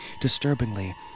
Disturbingly